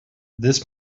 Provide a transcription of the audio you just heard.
this